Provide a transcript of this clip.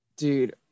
Dude